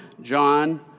John